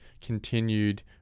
continued